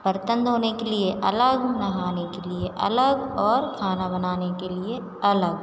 बर्तन धोने के लिए अलग नहाने के लिए अलग और खाना बनाने के लिए अलग